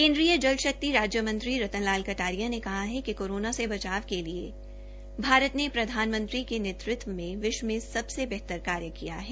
केन्द्रीय जल शक्ति राज्य मंत्री रतन लाल कटारिया ने कहा है कि कोरोना से बचाव के लिए भारत ने प्रधानमंत्री ने नेतृत्व में विश्व में सबसे बेहतर कार्य किया है